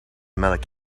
melk